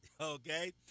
Okay